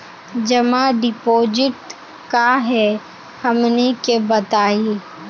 जमा डिपोजिट का हे हमनी के बताई?